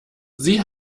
sie